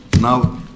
now